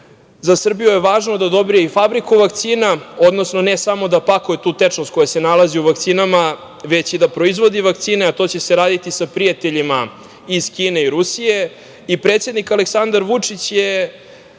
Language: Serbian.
za Srbiju je važno da dobije i fabriku vakcina, odnosno ne samo da pakuje tu tečnost koja se nalazi u vakcinama, već i da proizvodi vakcine. To će se raditi sa prijateljima iz Kine i Rusije i predsednik Aleksandar Vučić je